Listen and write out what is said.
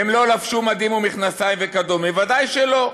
הן לא לבשו מדים ומכנסיים וכדומה, ודאי שלא.